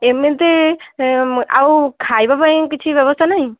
ଏମିତି ଆଉ ଖାଇବା ପାଇଁ କିଛି ବ୍ୟବସ୍ଥା ନାହିଁ